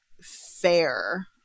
fair